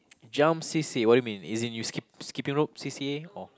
jump c_c_a what do you mean is in you skip skipping rope c_c_a or